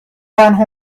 تنها